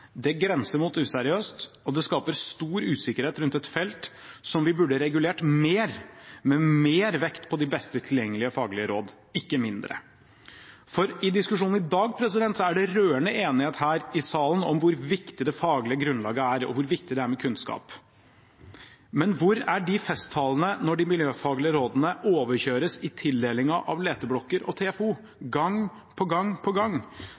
våre, grenser mot å være useriøs, og det skaper stor usikkerhet rundt et felt som vi burde regulert mer, med mer vekt på de beste tilgjengelige faglige rådene – ikke mindre. I diskusjonen i dag er det rørende enighet her i salen om hvor viktig det faglige grunnlaget er, og hvor viktig det er med kunnskap. Men hvor er de festtalene når de miljøfaglige rådene overkjøres i tildelingen av leteblokker og TFO gang på gang på gang?